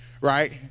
right